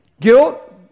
Guilt